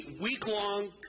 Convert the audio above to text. week-long